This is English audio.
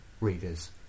readers